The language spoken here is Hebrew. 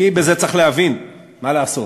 כי בזה צריך להבין, מה לעשות,